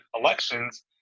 elections